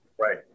right